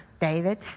David